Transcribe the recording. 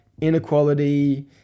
inequality